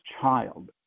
child